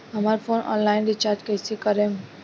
हमार phone online recharge कईसे करेम?